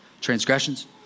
Transgressions